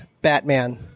Batman